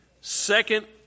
second